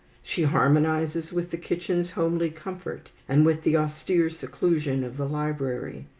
she harmonizes with the kitchen's homely comfort, and with the austere seclusion of the library.